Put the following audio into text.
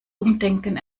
umdenken